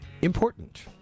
important